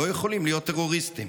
לא יכולים להיות טרוריסטים.